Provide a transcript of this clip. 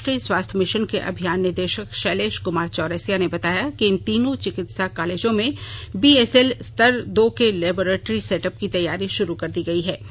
राष्ट्रीय स्वास्थ्य मिशन के अभियान निदेशक शैलेश कुमार चौरसिया ने बताया कि इन तीनों चिकित्सा कॉलेजों में बीएसएल स्तर दो के लेबोरेट्री सेटअप की तैयारी शुरू कर दी गई है